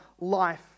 life